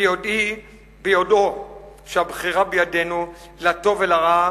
ביודעו שהבחירה בידינו לטוב ולרע,